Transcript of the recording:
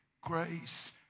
grace